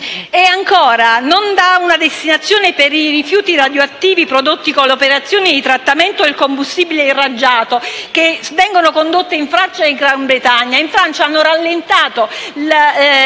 inoltre non dà una destinazione per i rifiuti radioattivi prodotti con le operazioni di trattamento del combustibile irraggiato, che vengono condotte in Francia e in Gran Bretagna.